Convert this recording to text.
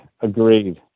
Agreed